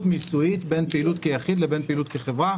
הגמישות המיסויית בין פעילות כיחיד לבין פעילות כחברה.